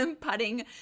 Putting